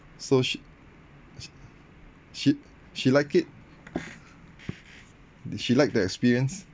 so she sh~ she she like it did she like the experience